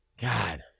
God